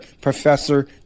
Professor